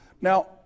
Now